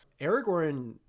aragorn